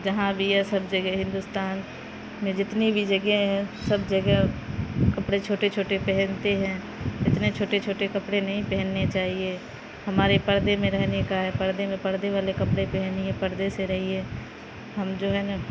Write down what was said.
جہاں بھی یہ سب جگہ ہندوستان میں جتنی بھی جگہ ہیں سب جگہ کپڑے چھوٹے چھوٹے پہنتے ہیں اتنے چھوٹے چھوٹے کپڑے نہیں پہننے چاہیے ہمارے پردے میں رہنے کا ہے پردے میں پردے والے کپڑے پہنیے پردے سے رہیے ہم جو ہے نا